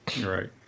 Right